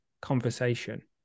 conversation